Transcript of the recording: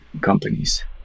companies